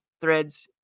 Threads